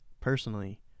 Personally